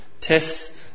tests